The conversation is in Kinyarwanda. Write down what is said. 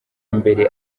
mbere